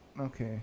okay